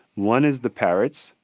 one is the parrots,